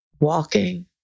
walking